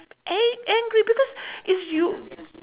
a~ angry because is you